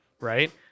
Right